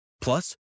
Plus